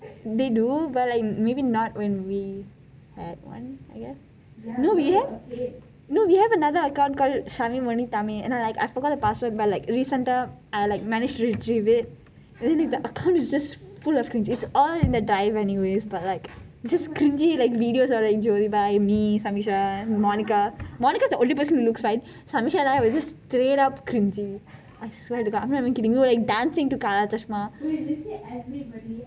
they do but like maybe not when we had one I guess we have another account called shaabe moni tami and I like forgot the password but like recent uh I like managed to retrieve it the account is just full of cringe is all in the time anyways but like is just cringy like videos of jody byne me samyuksha monica monica is the only person who looks fine samyuksha and I were just straight up cringy I am like so not kidding you samyuksha and I were dancing to kala chaasma